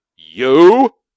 You